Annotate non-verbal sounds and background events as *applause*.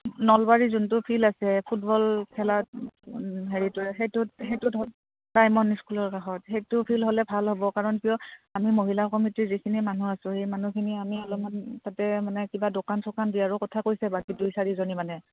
নলবাৰী যোনটো ফিল্ড আছে ফুটবল খেলাত হেৰিটোৱে সেইটোত সেইটোত *unintelligible* কাষত সেইটো ফিল্ড হ'লে ভাল হ'ব কাৰণ কিয় আমি মহিলা কমিটিৰ যিখিনি মানুহ আছোঁ সেই মানুহখিনি আমি অলপমান তাতে মানে কিবা দোকান চোকান দিয়াৰো কথা কৈছে বাকী দুই চাৰিজনী মানে